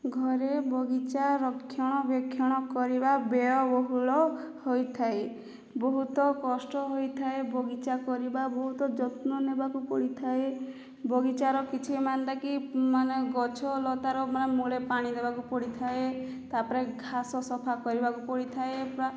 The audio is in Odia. ଘରେ ବଗିଚା ରକ୍ଷଣ ବେକ୍ଷଣ କରିବା ବ୍ୟୟ ବହୁଳ ହୋଇଥାଏ ବହୁତ କଷ୍ଟ ହୋଇଥାଏ ବଗିଚା କରିବା ବହୁତ ଯତ୍ନ ନେବାକୁ ପଡ଼ିଥାଏ ବଗିଚାର କିଛି ମାନ୍ଟା କି ମାନେ ଗଛ ଲତାର ମାନେ ମୂଳେ ପାଣି ଦେବାକୁ ପଡ଼ିଥାଏ ତାପରେ ଘାସ ସଫା କରିବାକୁ ପଡ଼ିଥାଏ ପୁରା